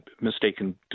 mistaken